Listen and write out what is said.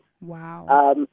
Wow